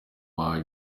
bahawe